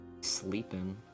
sleeping